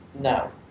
No